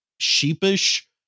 sheepish